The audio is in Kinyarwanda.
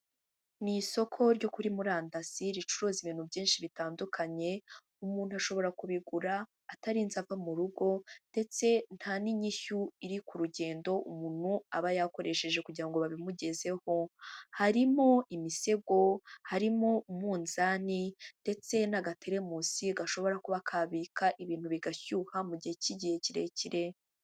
Ni isoko ryo kuri murandasi ricuruza ibintu byinshi bitandukanye umuntu ashobora kubigura atari inze ava murugo ndetse nta n'inyishyu iri ku rugendo umuntu aba yakoresheje kugira ngo babimugezeho, harimo imisego harimo umunzani ndetse n'agaterimosi gashobora kuba kabika ibintu bigashyuha mu gihe cy'igihe kirekire.